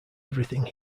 everything